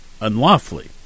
unlawfully